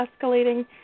escalating